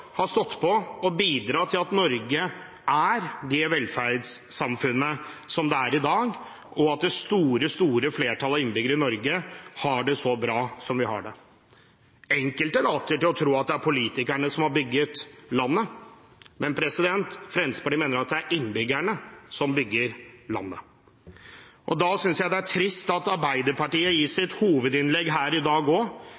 har stått på og bidratt til at Norge er det velferdssamfunnet det er i dag, og til at det store, store flertallet av innbyggerne i Norge har det så bra som vi har det. Enkelte later til å tro at det er politikerne som har bygget landet, men Fremskrittspartiet mener det er innbyggerne som bygger landet. Da synes jeg det er trist at Arbeiderpartiet i sitt hovedinnlegg her i dag ikke nevner den usosiale avkortningen mellom gifte og